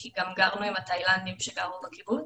כי גם גרנו עם התאילנדים שגרו בקיבוץ,